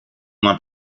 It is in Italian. una